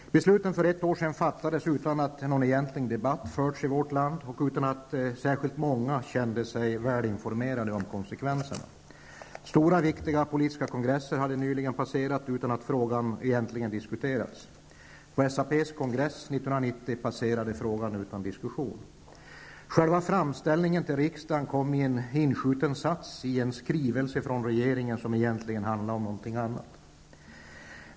Beslutet fattades utan att någon egentlig debatt hade förts i vårt land och utan att särskilt många kände sig välinformerade om konsekvenserna. Stora viktiga politiska kongresser hade nyligen hållits utan att frågan egentligen hade diskuterats. På t.ex. SAPs kongress 1990 passerade frågan utan diskussion. Själva framställningen till riksdagen stod i en inskjutens sats i en skrivelse från regeringen, som egentligen handlade om något annat.